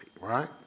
right